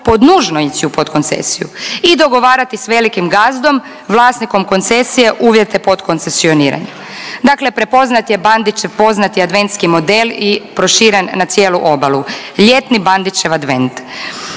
pod nužno ići u podkoncesiju i dogovarati s velikim gazdom vlasnikom koncesije uvjete podkoncesioniranja. Dakle, prepoznat je Bandićev poznat adventski model i proširen na cijelu obalu. Ljetni Bandićev advent.